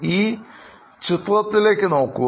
ഈ ചിത്രത്തിലേക്ക് നോക്കുക